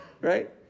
right